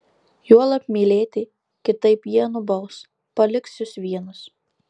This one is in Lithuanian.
juolab mylėti kitaip jie nubaus paliks jus vienus